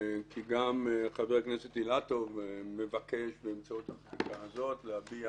כי גם חבר הכנסת אילטוב מבקש באמצעות החקיקה הזאת להביע